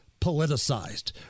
politicized